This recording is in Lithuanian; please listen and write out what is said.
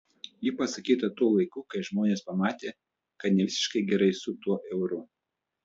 ji pasakyta tuo laiku kai žmonės pamatė kad ne visiškai gerai su tuo euru